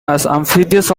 amphibious